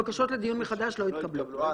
הבקשות לדיון מחדש לא התקבלו.